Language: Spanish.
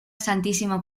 santísimo